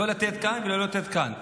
לא לתת כאן ולא לתת כאן,